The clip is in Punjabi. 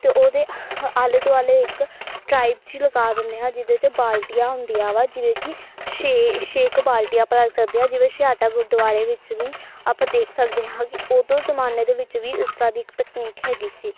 ਅਤੇ ਉਹਦੇ ਆਲੇ ਦੁਆਲੇ ਇੱਕ ਟਰਾਈਬ ਜਿਹੀ ਲਗਾ ਦਿੰਦੇ ਹਾਂ ਜਿਹਦੇ 'ਚ ਬਾਲਟੀਆਂ ਹੁੰਦੀਆਂ ਵਾ ਜਿਵੇਂ ਕਿ ਛੇ ਛੇ ਕੁ ਬਾਲਟੀਆਂ ਭਰ ਸਕਦੇ ਹਾਂ ਜਿਵੇਂ ਛਿਆਟਾ ਗੁਰਦੁਆਰੇ ਵਿੱਚ ਵੀ ਆਪਾਂ ਦੇਖ ਸਕਦੇ ਹਾਂ ਕਿ ਉਦੋਂ ਜ਼ਮਾਨੇ ਦੇ ਵਿੱਚ ਵੀ ਇਸ ਤਰ੍ਹਾਂ ਦੀ ਇੱਕ ਤਕਨੀਕ ਹੈਗੀ ਸੀ